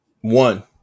one